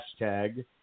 hashtag